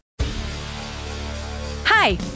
Hi